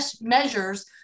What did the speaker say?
measures